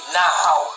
now